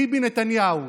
ביבי נתניהו,